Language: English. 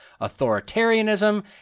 authoritarianism